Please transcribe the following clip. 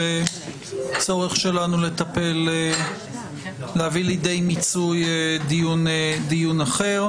צורך שלנו להביא לידי מיצוי דיון אחר.